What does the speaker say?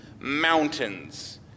mountains